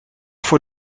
voor